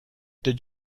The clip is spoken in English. did